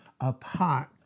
apart